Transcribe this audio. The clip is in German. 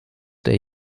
der